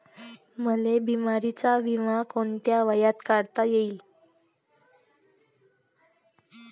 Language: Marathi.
मले बिमारीचा बिमा कोंत्या वयात काढता येते?